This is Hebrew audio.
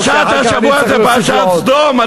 פרשת השבוע היא פרשת סדום.